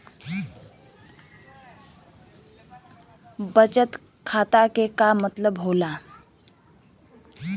बचत खाता के का मतलब होला?